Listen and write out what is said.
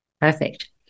perfect